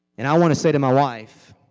and i want to say to my wife